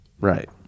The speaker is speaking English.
Right